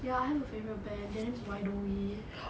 ya I have a favourite band that's why don't we